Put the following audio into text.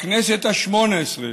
הכנסת השמונה-עשרה